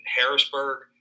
Harrisburg